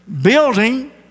building